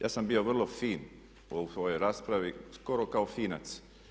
Ja sam bio vrlo fin u svojoj raspravi skoro kao Finac.